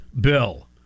bill